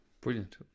brilliant